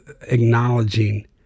acknowledging